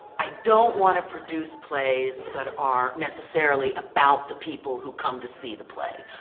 i don't want to produce plays that are necessarily about the people who come to see the play.